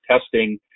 testing